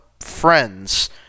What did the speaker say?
friends